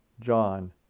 John